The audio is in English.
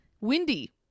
windy